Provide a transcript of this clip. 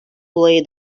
olayı